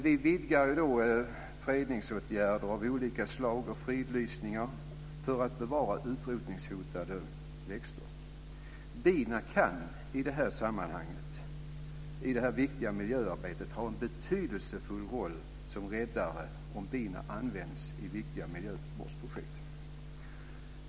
Vi vidgar fredningsåtgärder och fridlysningar för att bevara utrotningshotade växter. Bina kan i det viktiga miljöarbetet ha en betydelsefull roll som räddare om bina används i viktiga miljövårdsprojekt.